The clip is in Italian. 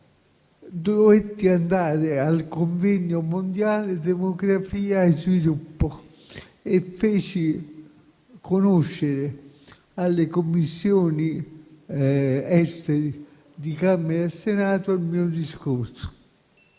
Dovetti andare al convegno mondiale «Demografia e sviluppo» e feci conoscere alle Commissioni affari esteri di Camera e Senato il mio discorso.